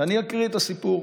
ואני אקריא את הסיפור.